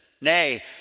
Nay